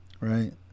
Right